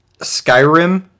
Skyrim